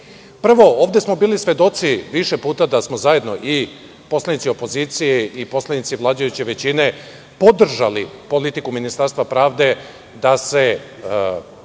bili smo svedoci više puta da smo zajedno, i poslanici opozicije, i poslanici vladajuće većine, podržali politiku Ministarstva pravde da se